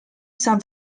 san